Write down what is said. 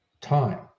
time